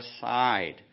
side